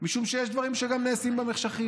משום שיש דברים שגם נעשים במחשכים,